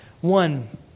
one